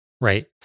Right